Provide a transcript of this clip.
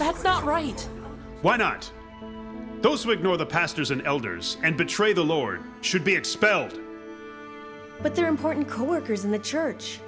that's not right why not those who ignore the pastors and elders and betray the lord should be expelled but they're important coworkers in the church